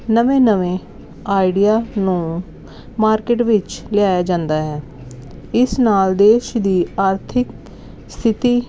ਨਵੇਂ ਨਵੇਂ ਆਈਡੀਆ ਨੂੰ ਮਾਰਕੀਟ ਵਿੱਚ ਲਿਆਇਆ ਜਾਂਦਾ ਹੈ ਇਸ ਨਾਲ ਦੇਸ਼ ਦੀ ਆਰਥਿਕ ਸਥਿਤੀ